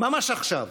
ממש עכשיו,